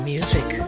Music